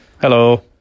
Hello